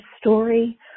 story